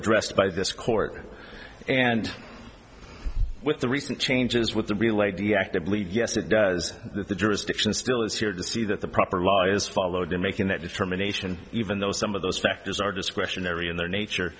addressed by this court and with the recent changes with the relate to actively yes it does that the jurisdiction still is here to see that the proper law is followed in making that determination even though some of those factors are discretionary in their nature